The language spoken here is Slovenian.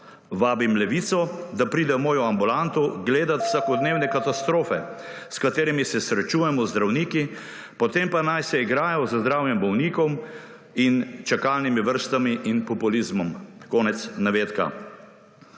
Vabim Levico, da pride v mojo ambulanto gledati vsakodnevne katastrofe, s katerimi se srečujemo zdravniki, potem pa naj se igrajo z zdravjem bolnikov in čakalnimi vrstami in populizmom.« Drage